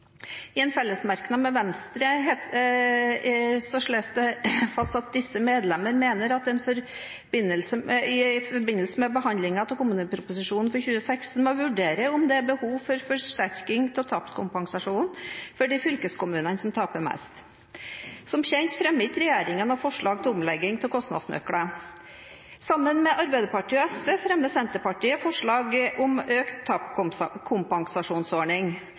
en felles merknad med Venstre slås det fast at: «Disse medlemmene mener at en i forbindelse med behandlingen av kommuneproposisjonen for 2016 må vurdere om det er behov for forsterkning av tapskompensasjonen for de fylkeskommunene som taper mest.» Som kjent fremmer ikke regjeringen noen forslag til omlegging av kostnadsnøklene. Sammen med Arbeiderpartiet og SV fremmer Senterpartiet forslag om økt